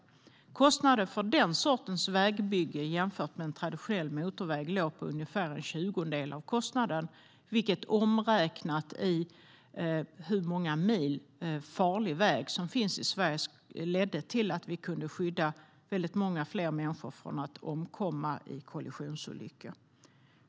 Kostnaden för att bygga den sortens väg jämfört med traditionell motorväg låg på ungefär en tjugondel, vilket omräknat i hur många mil farlig väg som finns i Sverige ledde till att vi kunde skydda många fler människor från att omkomma i kollisionsolyckor.